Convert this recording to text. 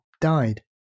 died